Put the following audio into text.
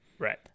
right